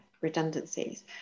redundancies